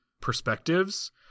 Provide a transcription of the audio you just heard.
perspectives –